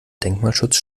denkmalschutz